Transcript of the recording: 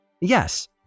Yes